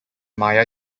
maia